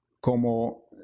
como